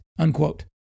unquote